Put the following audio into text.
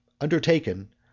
undertaken